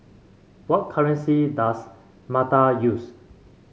what currency does Malta use